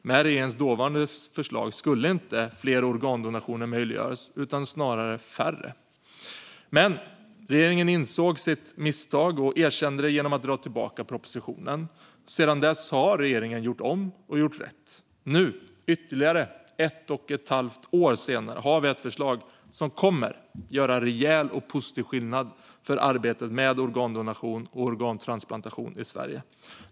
Med regeringens dåvarande förslag skulle inte fler organdonationer möjliggöras utan snarare färre. Regeringen insåg dock sitt misstag och erkände det genom att dra tillbaka propositionen. Sedan dess har regeringen gjort om och gjort rätt. Nu, ytterligare ett och halvt år senare, har vi ett förslag som kommer att göra rejäl och positiv skillnad för arbetet med organdonation och organtransplantation i Sverige.